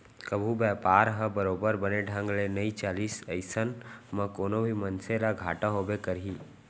कभू बयपार ह बरोबर बने ढंग ले नइ चलिस अइसन म कोनो भी मनसे ल घाटा होबे करही